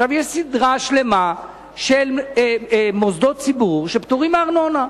יש סדרה שלמה של מוסדות ציבור שפטורים מארנונה.